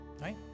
Right